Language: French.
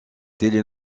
télé